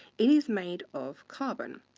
it is made of carbon,